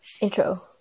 intro